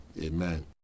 Amen